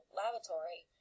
lavatory